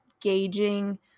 gauging